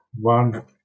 one